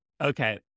Okay